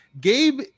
gabe